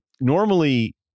normally